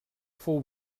fou